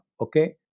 Okay